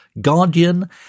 Guardian